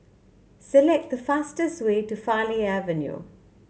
select the fastest way to Farleigh Avenue